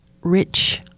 rich